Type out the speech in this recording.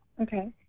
Okay